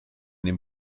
dem